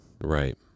right